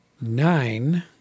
nine